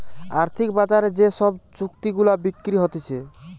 আর্থিক বাজারে যে সব চুক্তি গুলা বিক্রি হতিছে